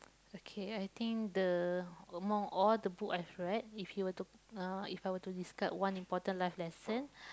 okay I think the among all the book I've read if you were to uh if I were to describe one important life lesson